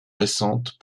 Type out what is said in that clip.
récentes